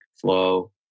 flow